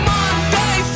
Monday